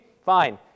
Fine